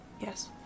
Yes